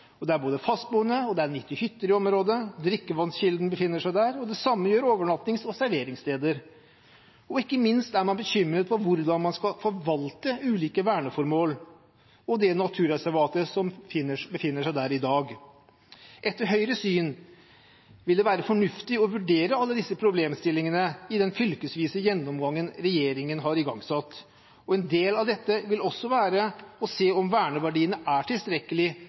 det er både fastboende og 90 hytter i området, drikkevannskilden befinner seg der, og det samme gjør overnattings- og serveringssteder. Og ikke minst er man bekymret for hvordan man skal forvalte ulike verneformål og naturreservatet som befinner seg der i dag. Etter Høyres syn vil det være fornuftig å vurdere alle disse problemstillingene i den fylkesvise gjennomgangen regjeringen har igangsatt. En del av dette vil også være å se på om verneverdien er tilstrekkelig